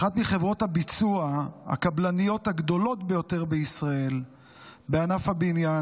אחת מחברות הביצוע הקבלניות הגדולות בישראל בענף הבניין,